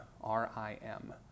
R-I-M